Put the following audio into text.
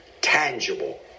tangible